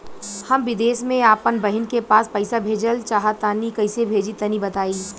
हम विदेस मे आपन बहिन के पास पईसा भेजल चाहऽ तनि कईसे भेजि तनि बताई?